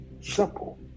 simple